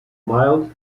mild